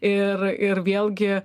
ir ir vėlgi